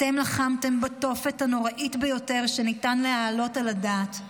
אתם לחמתם בתופת הנוראית ביותר שניתן להעלות על הדעת.